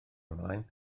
ymlaen